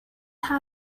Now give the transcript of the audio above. had